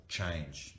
change